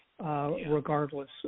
Regardless